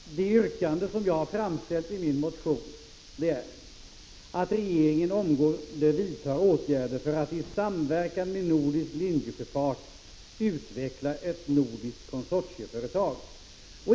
Herr talman! Det yrkande som jag har framställt i min motion är att 10 december 1985 regeringen omgående vidtar åtgärder för att i samverkan med nordisk Cd dm mn linjesjöfart utveckla ett nordiskt konsortieföretag.